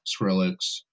Skrillex